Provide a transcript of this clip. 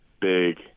big